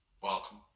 Welcome